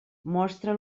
mostra